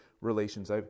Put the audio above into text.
relations